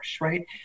right